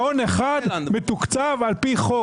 מעון אחד מתוקצב על פי חוק.